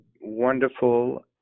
wonderful